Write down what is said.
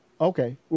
Okay